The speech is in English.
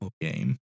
game